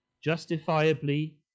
justifiably